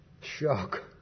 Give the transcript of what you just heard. shock